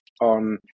on